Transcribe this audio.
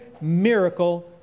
miracle